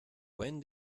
when